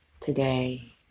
today